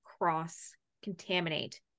cross-contaminate